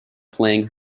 playing